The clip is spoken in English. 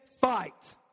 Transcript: fight